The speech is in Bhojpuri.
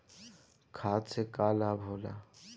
खाद्य से का लाभ होला?